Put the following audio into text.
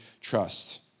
trust